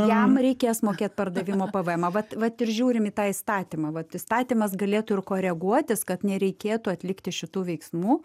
jam reikės mokėt pardavimo pvmą vat vat ir žiūrim į tą įstatymą vat įstatymas galėtų ir koreguotis kad nereikėtų atlikti šitų veiksmų